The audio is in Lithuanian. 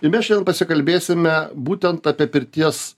ir mes šiandien pasikalbėsime būtent apie pirties